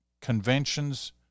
Conventions